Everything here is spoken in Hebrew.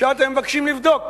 עכשיו אתם מבקשים לבדוק,